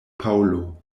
paŭlo